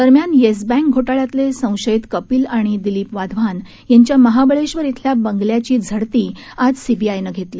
दरम्यानयेस bank घोटाळ्यातले संशयित कपिल आणि दिलीप वाधवान यांच्या महाबळेश्वर श्विल्या बंगल्याची झडती आज सीबीआयनं घेतली